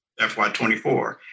FY24